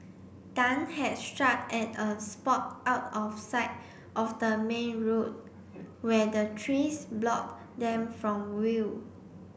Tan had struck at a spot out of sight of the main road where the trees block them from view